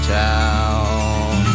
town